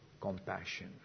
compassion